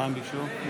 ההסתייגות לא